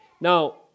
Now